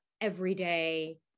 everyday